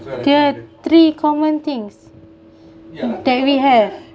there are three common things that we have